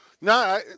No